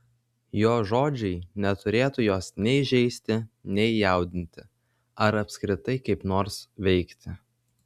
jo žodžiai neturėtų jos nei žeisti nei jaudinti ar apskritai kaip nors veikti